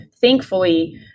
thankfully